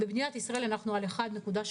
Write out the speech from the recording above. במדינת ישראל אנחנו על 1.3,